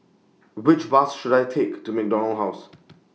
Which Bus should I Take to MacDonald House